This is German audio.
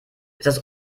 das